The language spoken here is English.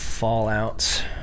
Fallout